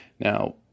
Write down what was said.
Now